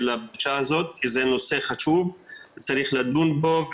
הפגישה הזאת כי זה נושא חשוב שצריך לדון בו,